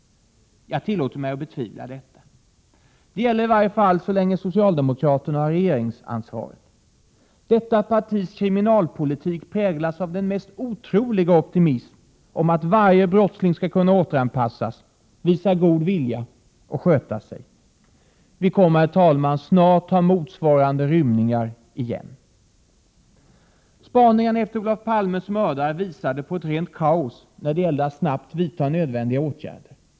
Jag tillåter mig betvivla detta. Det gäller i varje fall så länge socialdemokraterna har regeringsansvaret. Detta partis kriminalpolitik präglas av den mest otroliga optimism om att varje brottsling skall kunna återanpassas, visa god vilja och sköta sig. Vi kommer snart ha motsvarande rymningar igen. Spaningarna efter Olof Palmes mördare visade på rent kaos när det gällde att snabbt vidta nödvändiga åtgärder.